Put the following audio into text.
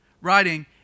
writing